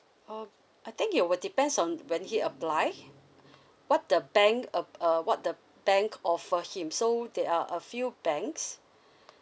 um I think it will depends on when he apply what the bank uh uh what the bank offer him so there are a few banks